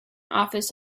office